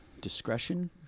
discretion